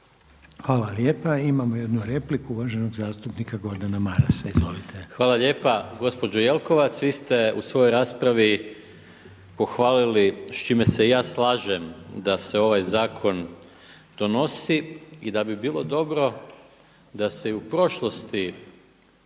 Hvala lijepa. Imamo jednu repliku uvaženog zastupnika Gordana Marasa, izvolite. **Maras, Gordan (SDP)** Hvala lijepa. Gospođo Jelkovac, vi ste u svojoj raspravi pohvalili s čime se i ja slažem da se ovaj zakon donosi i da bi bilo dobro da se i u prošlosti